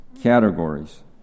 categories